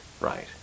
right